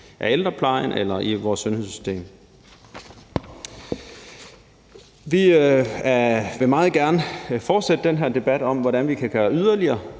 i ældreplejen eller i vores sundhedssystem. Vi vil meget gerne fortsætte den her debat om, hvad vi kan gøre yderligere